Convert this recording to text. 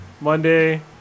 Monday